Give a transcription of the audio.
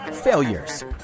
failures